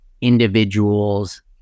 individuals